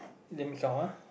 let me count ah